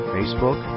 Facebook